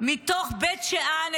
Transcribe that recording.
מתוך בית שאן,